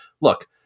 Look